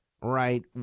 right